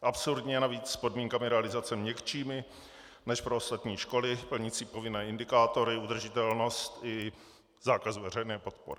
Absurdně navíc s podmínkami realizace měkčími než pro ostatní školy plnící povinné indikátory, udržitelnost i zákaz veřejné podpory.